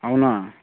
అవునా